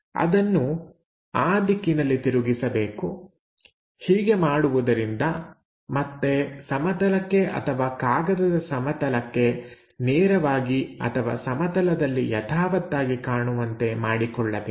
ಅದನ್ನು ಆ ದಿಕ್ಕಿನಲ್ಲಿ ತಿರುಗಿಸಬೇಕು ಹೀಗೆ ಮಾಡುವುದರಿಂದ ಮತ್ತೆ ಸಮತಲಕ್ಕೆ ಅಥವಾ ಕಾಗದದ ಸಮತಲಕ್ಕೆ ನೇರವಾಗಿ ಅಥವಾ ಸಮತಲದಲ್ಲಿ ಯಥಾವತ್ತಾಗಿ ಕಾಣುವಂತೆ ಮಾಡಿಕೊಳ್ಳಬೇಕು